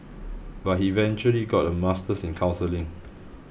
but he eventually got a Master's in counselling